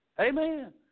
Amen